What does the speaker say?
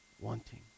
wanting